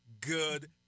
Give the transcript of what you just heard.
good